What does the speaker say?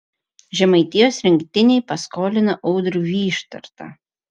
žemaitijos rinktinei paskolino audrių vyštartą